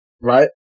Right